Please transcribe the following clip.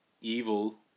evil